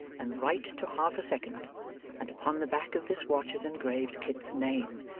and right to half a second and upon the back of this watch is engraved kit's name,